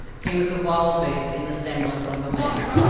he was a wild beast in the semblance of a man.